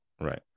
right